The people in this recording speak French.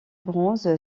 bronze